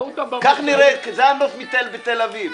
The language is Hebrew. כך נראית --- בתל אביב.